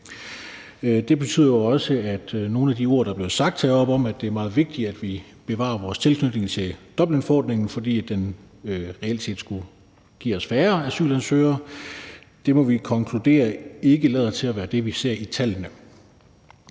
det drejer sig om nogle af de ord, der er blevet sagt heroppefra, om, at det er meget vigtigt, at vi bevarer vores tilknytning til Dublinforordningen, fordi den reelt set skulle give os færre asylansøgere, må konkludere, at det ikke lader til at være det, vi ser i tallene.